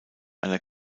einer